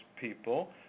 people